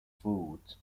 food